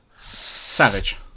savage